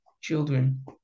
children